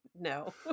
no